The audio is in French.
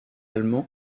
allemands